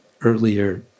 earlier